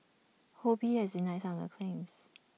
ho bee has denied some of the claims